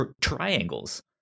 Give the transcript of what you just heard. triangles